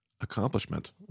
accomplishment